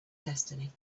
destiny